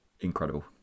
incredible